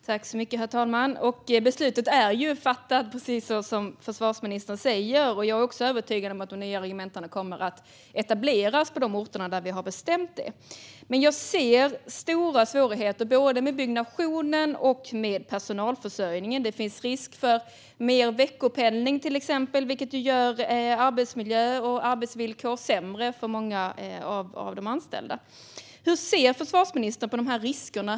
Herr talman! Beslutet är ju fattat, precis som försvarsministern säger. Jag är också övertygad om att de nya regementena kommer att etableras på de orter där vi har bestämt det. Men jag ser stora svårigheter både med byggnationen och med personalförsörjningen. Det finns till exempel risk för mer veckopendling, vilket gör arbetsmiljö och arbetsvillkor sämre för många av de anställda. Hur ser försvarsministern på de här riskerna?